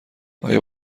آیا